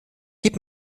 gib